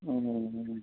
অঁ